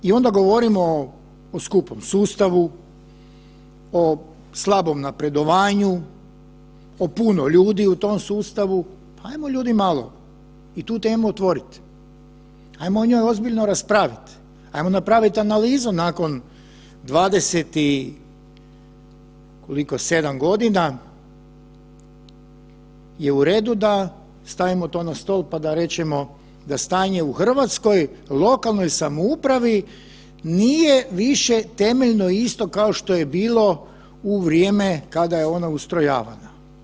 I onda govorimo o skupom sustavu, o slabom napredovanju, o puno ljudi u tom sustavu, ajmo ljudi malo i tu temu otvoriti, ajmo o njoj ozbiljno raspravit, ajmo napraviti analizu nakon 27 godina je uredu da stavimo to na stol pa da rečemo da stanje u hrvatskoj lokalnoj samoupravi nije više temeljno isto kao što je bilo u vrijeme kada je ona ustrojavana.